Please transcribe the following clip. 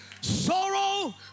Sorrow